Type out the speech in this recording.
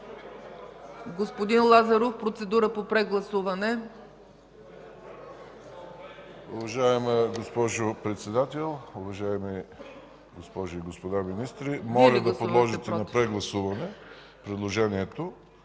Господин Лазаров – процедура по прегласуване. ДИМИТЪР ЛАЗАРОВ (ГЕРБ): Уважаема госпожо Председател, уважаеми госпожи и господа министри! Моля да подложите на прегласуване предложението.